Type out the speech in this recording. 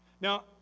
Now